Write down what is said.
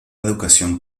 educación